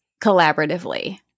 collaboratively